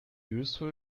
useful